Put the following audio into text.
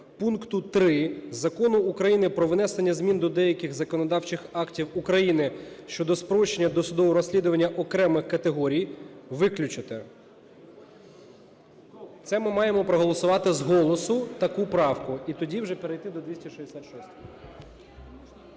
пункту 3 Закону України про внесення змін до деяких законодавчих актів України щодо спрощення досудового розслідування окремих категорій виключити". Це ми маємо проголосувати з голосу таку правку і тоді вже перейти до 266.